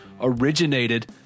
originated